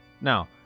Now